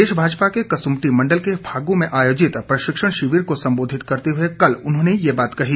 प्रदेश भाजपा के कसुम्पटी मंडल के फागु में आयोजित प्रशिक्षण शिविर को संबोधित करते हुए कल उन्होंने ये बात कही